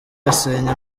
yasenye